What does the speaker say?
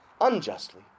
unjustly